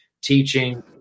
teaching